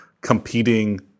competing